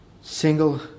single